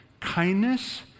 kindness